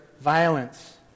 violence